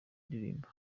ndirimbo